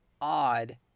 odd